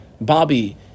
Bobby